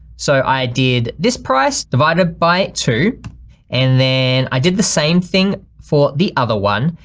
so i did this price divided by two and then i did the same thing for the other one.